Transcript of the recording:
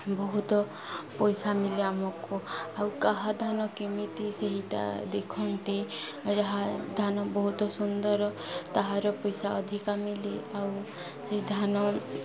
ବହୁତ ପଇସା ମିଳେ ଆମକୁ ଆଉ କାହା ଧାନ କେମିତି ସେହିଟା ଦେଖନ୍ତି ଯାହା ଧାନ ବହୁତ ସୁନ୍ଦର ତାହାର ପଇସା ଅଧିକା ମିଳେ ଆଉ ସେଇ ଧାନ